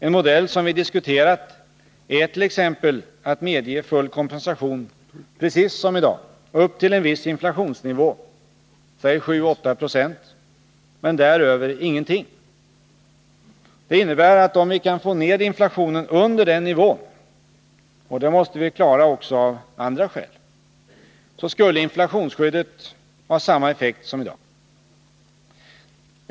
En modell som vi diskuterat är t.ex. att medge full kompensation, precis som i dag, upp till en viss inflationsnivå, säg 7 —8 70, men däröver ingenting. Det innebär att om vi kan få ned inflationen under den nivån, och det måste vi klara också av andra skäl, skulle inflationsskyddet ha samma effekt som i dag.